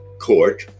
Court